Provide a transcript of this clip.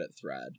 thread